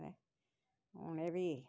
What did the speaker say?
हून एह् बी